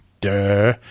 Duh